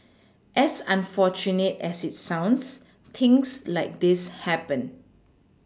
as unfortunate as it sounds things like this happen